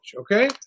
Okay